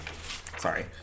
sorry